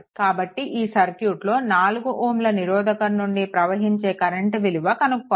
కాబట్టి ఈ సర్క్యూట్లోని 4 Ω నిరోధకం నుండి ప్రవహించే కరెంట్ విలువ కనుక్కోవాలి